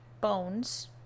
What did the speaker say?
bones